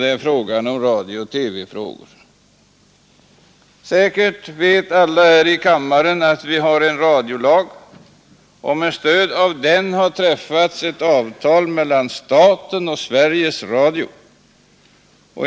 tillägga att radiooch TV-frågor inte är Säkert vet alla här i kammaren att vi har en radiolag och att med stöd av den ett avtal är träffat mellan staten och Sveriges Radio.